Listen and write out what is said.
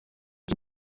cye